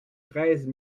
treize